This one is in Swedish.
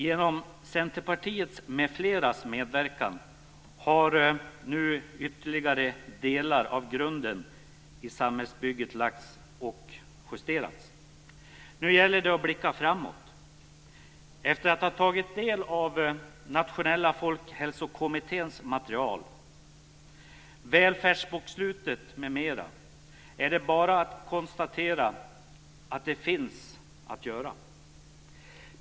Genom Centerpartiets och andras medverkan har nu några ytterligare delar av grunden i samhällsbygget lagts ut och justerats. Nu gäller det att blicka framåt. Efter att ha tagit del av Nationella folkhälsokommitténs material, Välfärdsbokslutet m.m. kan man bara konstatera att det finns saker att göra.